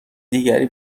دیگری